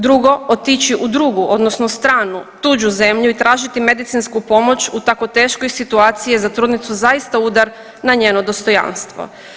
Drugo, otići u drugu, stranu, tuđu zemlju i tražiti medicinsku pomoć u tako teškoj situaciji je za trudnicu zaista udar na njeno dostojanstvo.